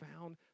found